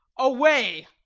away!